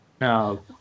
No